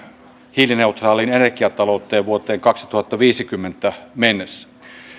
hiilineutraaliin energiatalouteen vuoteen kaksituhattaviisikymmentä mennessä